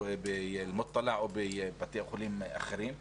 או באלמוטלע או בבתי חולים אחרים.